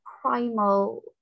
primal